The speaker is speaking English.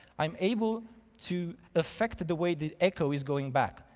i'm able to affect the way the echo is going back.